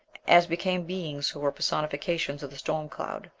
as became beings who were personifications of the storm-cloud,